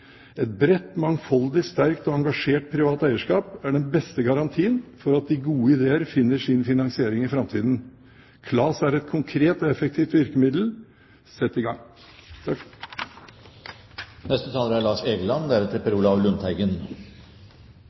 Et bredt, mangfoldig, sterkt og engasjert privat eierskap er den beste garantien for at de gode ideer finner sin finansiering i framtiden. KLAS er et konkret og effektivt virkemiddel. Sett i gang!